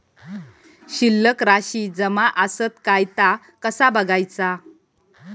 शिल्लक राशी जमा आसत काय ता कसा बगायचा?